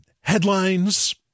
headlines